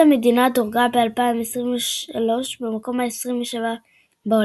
כלכלת המדינה דורגה ב־2023 במקום ה־27 בעולם,